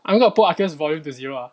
I'm going to put aqil volume to zero ah